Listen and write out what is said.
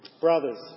Brothers